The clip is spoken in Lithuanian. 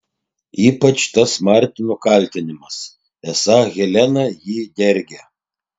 ypač tas martino kaltinimas esą helena jį dergia